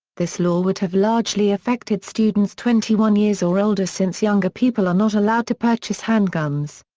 this law would have largely affected students twenty one years or older since younger people are not allowed to purchase handguns.